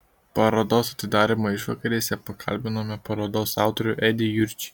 parodos atidarymo išvakarėse pakalbinome parodos autorių edį jurčį